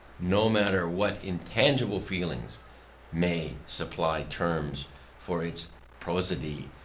no matter what intangible feelings may supply terms for its prosody,